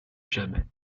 jamais